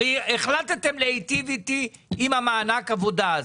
החלטתם להיטיב איתי עם מענק העבודה הזה,